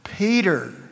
Peter